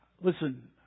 Listen